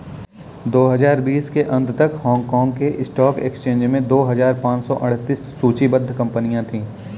दो हजार बीस के अंत तक हांगकांग के स्टॉक एक्सचेंज में दो हजार पाँच सौ अड़तीस सूचीबद्ध कंपनियां थीं